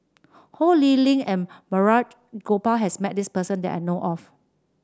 Ho Lee Ling and Balraj Gopal has met this person that I know of